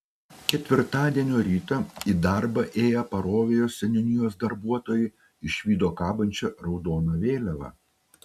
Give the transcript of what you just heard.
ketvirtadienio rytą į darbą ėję parovėjos seniūnijos darbuotojai išvydo kabančią raudoną vėliavą